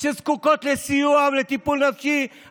שזקוקות לסיוע וטיפול נפשי,